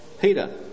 Peter